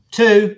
two